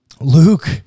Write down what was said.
Luke